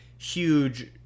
Huge